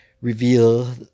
reveal